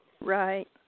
Right